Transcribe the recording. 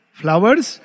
flowers